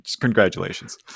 congratulations